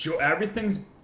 everything's